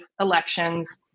elections